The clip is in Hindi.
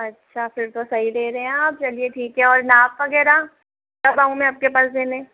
अच्छा फिर तो सही दे रहे है आप चलिए ठीक है और नाप वगैरह कब आऊं मैं आपके पास देने